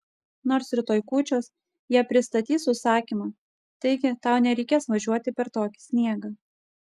nors rytoj kūčios jie pristatys užsakymą taigi tau nereikės važiuoti per tokį sniegą